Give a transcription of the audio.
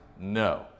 No